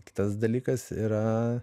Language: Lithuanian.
kitas dalykas yra